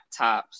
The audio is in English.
laptops